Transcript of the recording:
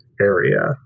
area